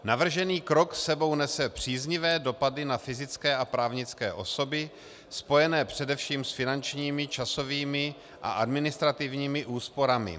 Navržený krok s sebou nese příznivé dopady na fyzické a právnické osoby spojené především s finančními, časovými a administrativními úsporami.